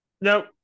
Nope